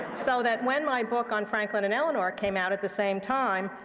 so that when my book on franklin and eleanor came out at the same time,